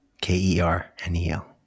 K-E-R-N-E-L